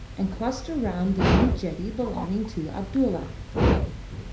and cluster round the new jetty belonging to abdulla.